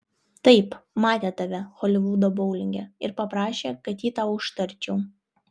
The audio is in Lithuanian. taip matė tave holivudo boulinge ir paprašė kad jį tau užtarčiau